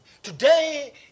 Today